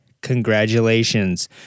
Congratulations